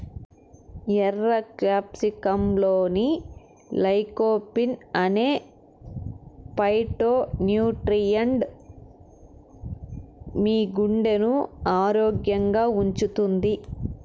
ఎర్ర క్యాప్సికమ్లోని లైకోపీన్ అనే ఫైటోన్యూట్రియెంట్ మీ గుండెను ఆరోగ్యంగా ఉంచుతుంది